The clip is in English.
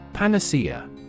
Panacea